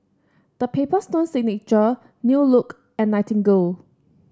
The Paper Stone Signature New Look and Nightingale